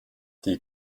die